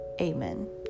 Amen